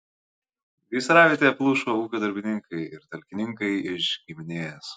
gaisravietėje plušo ūkio darbininkai ir talkininkai iš giminės